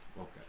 Okay